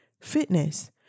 Fitness